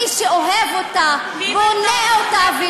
מי שאוהב אותה בונה אותה, מי רוצח והורג?